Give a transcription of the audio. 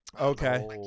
Okay